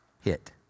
hit